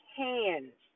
hands